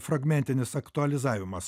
fragmentinis aktualizavimas